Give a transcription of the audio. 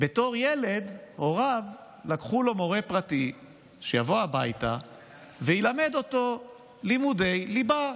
בתור ילד הוריו לקחו לו מורה פרטי שיבוא הביתה וילמד אותו לימודי ליבה,